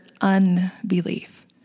unbelief